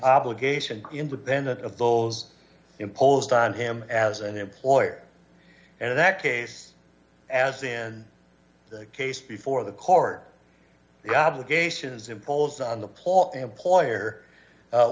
obligation independent of those imposed on him as an employer and in that case as in the case before the court the obligations imposed on the paul employer